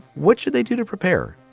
what should they do to prepare?